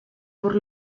por